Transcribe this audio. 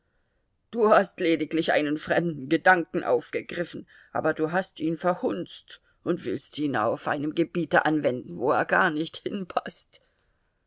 du hast lediglich einen fremden gedanken aufgegriffen aber du hast ihn verhunzt und willst ihn auf einem gebiete anwenden wo er gar nicht hinpaßt